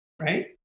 Right